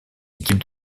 équipes